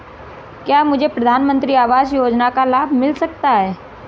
क्या मुझे प्रधानमंत्री आवास योजना का लाभ मिल सकता है?